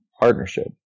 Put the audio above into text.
partnership